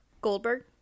Goldberg